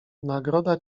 nagroda